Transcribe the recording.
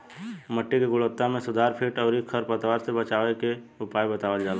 मिट्टी के गुणवत्ता में सुधार कीट अउरी खर पतवार से बचावे के उपाय बतावल जाला